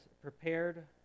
prepared